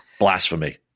blasphemy